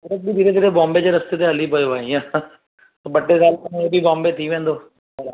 सूरत बि धीरे धीरे बॉम्बे जे रस्ते ते हली पियो आहे हीअ ॿ टे साल खां पोइ हू बि बॉम्बे थी वेंदो